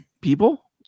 people